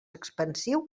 expansiu